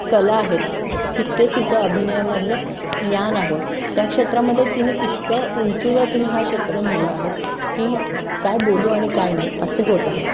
कला आहेत तितकेच तिचं अभिनयामधले ज्ञान आहे त्या क्षेत्रामध्ये तिने इतकं उंचीवर तिने हा क्षेत्र नेलं आहे की काय बोलू आणि काय नाही असे होत आहे